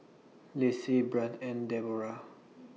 Lacy Brandt and Debora